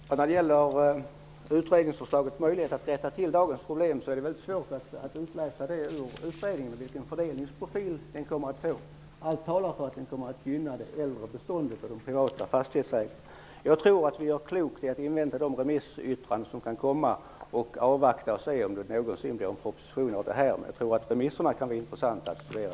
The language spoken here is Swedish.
Fru talman! Vad gäller utredningsförslagets möjligheter att rätta till dagens problem är det mycket svårt att av utredningen utläsa vilken fördelningsprofil det kommer att få. Allt talar för att det kommer att gynna det äldre beståndet och de privata fastighetsägarna. Jag tror att vi gör klokt i att invänta de remissyttranden som kan komma, avvakta och se om det någonsin blir en proposition av detta. Remissyttrandena blir i detta sammanhang intressanta att studera.